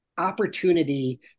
opportunity